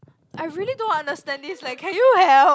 I really don't understand this leh can you help